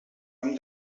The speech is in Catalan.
hem